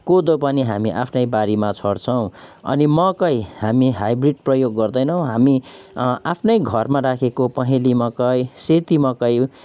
कोदो पनि हामी आफ्नै बारीमा छर्छौँ अनि मकै हामी हाइब्रिड प्रयोग गर्दैनौँ हामी आफ्नै घरमा राखेको पहेली मकै सेती मकै